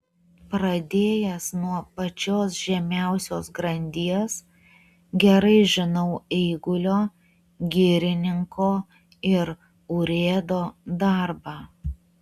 pradėjęs nuo pačios žemiausios grandies gerai žinau eigulio girininko ir urėdo darbą